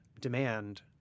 demand